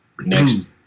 next